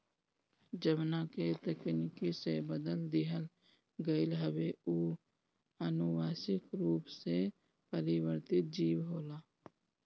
जवना के तकनीकी से बदल दिहल गईल हवे उ अनुवांशिक रूप से परिवर्तित जीव होला